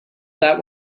that